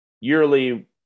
yearly